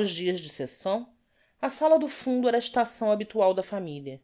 os dias de sessão a sala do fundo era a estação habitual da familia